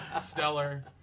Stellar